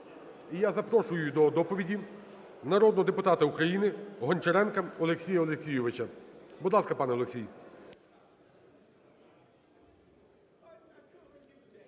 І я запрошую до доповіді народного депутата України Гончаренка Олексія Олексійовича. Будь ласка, пане Олексію.